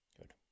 Good